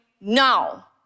now